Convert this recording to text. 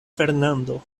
fernando